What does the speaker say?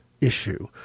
issue